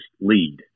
lead